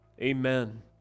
amen